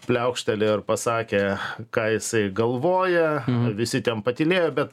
pliaukštelėjo ir pasakė ką jisai galvoja visi ten patylėjo bet